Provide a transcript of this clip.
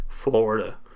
Florida